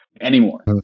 anymore